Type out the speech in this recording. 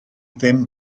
ddim